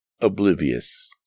oblivious